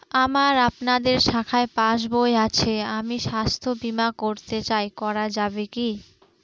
আমার আপনাদের শাখায় পাসবই আছে আমি স্বাস্থ্য বিমা করতে চাই করা যাবে কি?